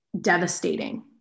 devastating